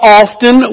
often